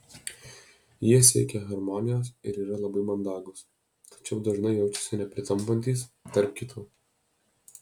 jie siekia harmonijos ir yra labai mandagūs tačiau dažnai jaučiasi nepritampantys tarp kitų